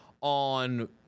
on